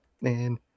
man